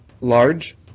Large